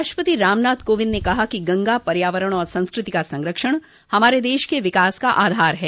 राष्ट्रपति रामनाथ कोविंद ने कहा कि गंगा पर्यावरण और संस्कृति का संरक्षण हमारे देश के विकास का आधार है